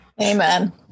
Amen